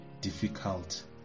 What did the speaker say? difficult